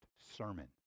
sermon